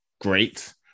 Great